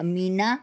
Meena